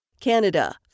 Canada